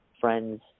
friends